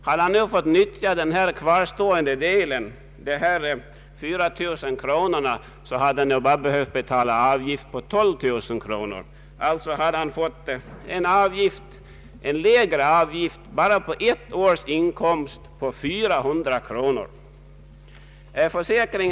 Hade han fått utnyttja den återstående delen av basbeloppet, nämligen 4000 kronor, hade han bara behövt betala egenavgift på 12000 kronor av de 16000 han haft som inkomst i egen rörelse. Han hade då enbart det året fått 400 kronor mindre i avgift.